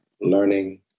learning